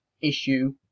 issue